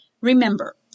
Remember